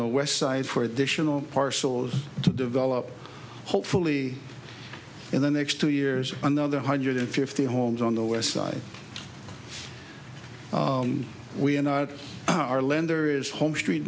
the west side for additional parcels to develop hopefully in the next two years another one hundred fifty homes on the west side we are not our lenders home street